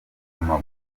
amaguru